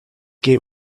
gate